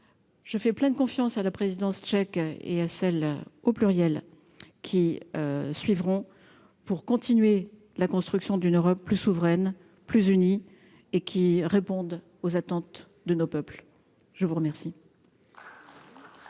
je fais plein de confiance à la présidence tchèque et à celles, au pluriel, qui suivront pour continuer la construction d'une Europe plus souveraine plus unie et qui réponde aux attentes de nos peuples, je vous remercie.